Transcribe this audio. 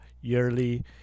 yearly